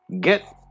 Get